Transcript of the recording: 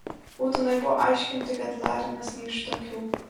būtų naivu aiškinti kad larinas ne iš tokių